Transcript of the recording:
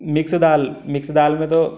mix दाल mix दाल में तो